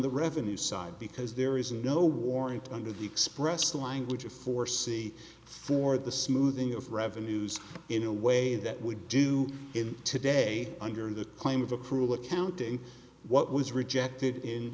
the revenue side because there is no warrant under the express language of four c for the smoothing of revenues in a way that we do in today under the claim of accrual accounting what was rejected in